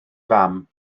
fam